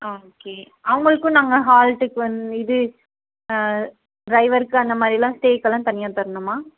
okay அவங்களுக்கும் நாங்கள் ஹால்ட்டுக்கு வந்து இது டிரைவருக்கு அந்த மாதிரிலாம் ஸ்டேகெல்லாம் தனியாக தரணுமா